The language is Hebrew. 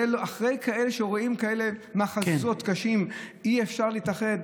אחרי שרואים כאלה מחזות קשים, אי-אפשר להתאחד?